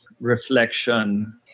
reflection